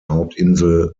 hauptinsel